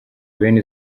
bene